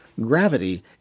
Gravity